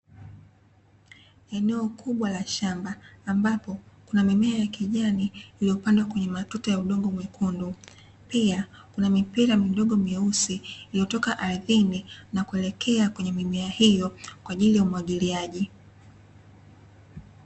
Eneo kubwa la shamba ambapo kuna mimea ya kijani iliyopandwa kwenye matuta ya udongo mwekundu, pia kuna mipira midogo myeusi iliyotoka ardhini na kuelekea kwenye mimea hiyo kwaajili ya umwagiliaji.